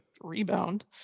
rebound